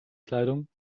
kleidung